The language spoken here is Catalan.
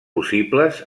possibles